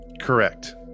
Correct